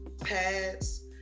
pads